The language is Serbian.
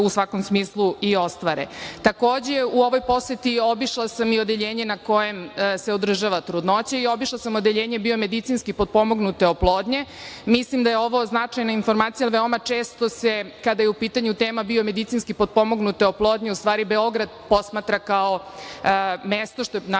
u svakom smislu i ostvare. Takođe, u ovoj poseti obišla sam i odeljenje na kojem se održava trudnoća i obišla sam odeljenje bio medicinski potpomognute oplodnje. Mislim da je ovo značajna informacija, jer veoma često se, kada je u pitanju tema bio medicinski potpomognute oplodnje, u stvari, Beograd posmatra kao mesto, što je i